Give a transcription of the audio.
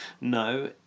no